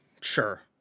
sure